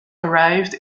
arrived